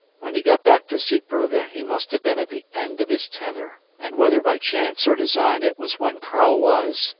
when he got back to zeebrugge he must have been at the end of his tether, and whether by chance or design it was when karl was,